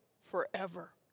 forever